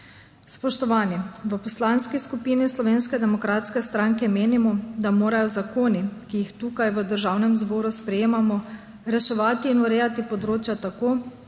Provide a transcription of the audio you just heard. Spoštovani! V Poslanski skupini Slovenske demokratske stranke menimo, da morajo zakoni, ki jih sprejemamo tukaj v Državnem zboru, reševati in urejati področja tako,